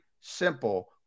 simple